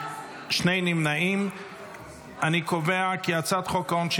אני קובע כי הצעת החוק אושרה